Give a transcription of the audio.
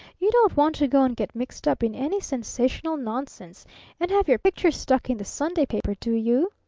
you don't want to go and get mixed up in any sensational nonsense and have your picture stuck in the sunday paper, do you?